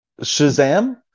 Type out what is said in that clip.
shazam